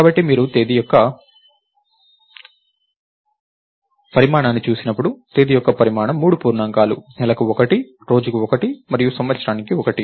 కాబట్టి మీరు తేదీ యొక్క పరిమాణాన్ని చూసినప్పుడు తేదీ యొక్క పరిమాణం మూడు పూర్ణాంకాలు నెలకు ఒకటి రోజుకు ఒకటి మరియు సంవత్సరానికి ఒకటి